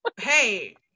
hey